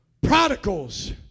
Prodigals